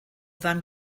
van